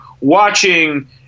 watching